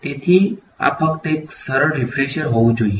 તેથી આ ફક્ત એક સરળ રીફ્રેશર હોવું જોઈએ